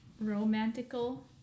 romantical